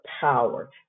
power